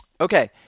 Okay